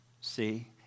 See